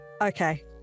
Okay